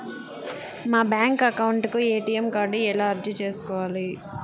మా bank account కు ATM card ఎలా అర్జీ సేసుకోవాలి?